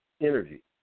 energy